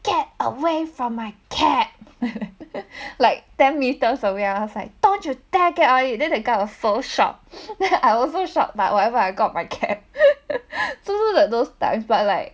get away from my cap like ten metres away I was like don't you dare get away then that guy was so shocked I also shocked but whatever I got my cap so so those times but like